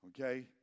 okay